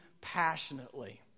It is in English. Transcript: passionately